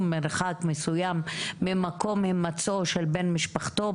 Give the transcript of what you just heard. מרחק מסוים ממקום הימצאו של בן משפחתו,